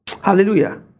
Hallelujah